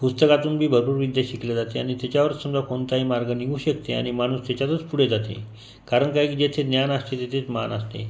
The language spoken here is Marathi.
पुस्तकातून बी भरपूर विद्या शिकली जाते आणि त्याच्यावर समजा कोणताही मार्ग निघू शकते आणि माणूस त्याच्यातच पुढे जाते कारण काय की जेथे ज्ञान असते तेथेच मान असते